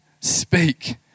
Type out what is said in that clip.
speak